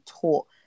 taught